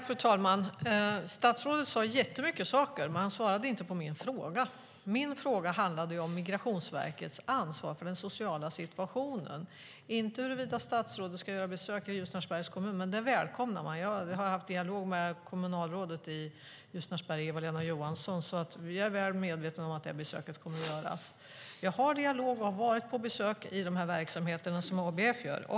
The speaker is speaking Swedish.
Fru talman! Statsrådet sade jättemycket saker, men han svarade inte på min fråga. Min fråga handlade om Migrationsverkets ansvar för den sociala situationen och inte huruvida statsrådet ska göra besök i Ljusnarsbergs kommun. Det välkomnar jag. Jag har haft dialog med kommunalrådet i Ljusnarsberg Eva-Lena Johansson. Vi är väl medvetna om att besöket kommer att göras. Jag har dialog, och jag har varit på besök i de verksamheter som ABF har.